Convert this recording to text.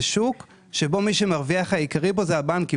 זה שוק שבו המרוויחים העיקריים הם הבנקים,